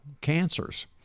cancers